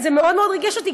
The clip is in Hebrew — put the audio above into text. זה מאוד מאוד ריגש אותי.